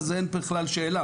אז אין בכלל שאלה,